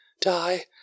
Die